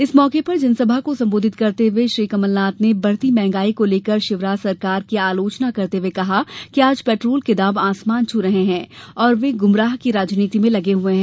इस मौके पर जनसभा को संबोधात करते हुए श्री कमलनाथ ने बढ़ती महंगा ई को लेकर शिवराज सरकार की आलोचना करते हुए कहा कि आज पेट्रोल के दाम आसमान छू रहे हैं और वे गुमराह की राजनीति में लगे हुए हैं